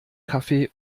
kaffee